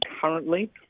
currently